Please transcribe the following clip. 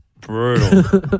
brutal